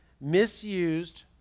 misused